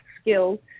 skill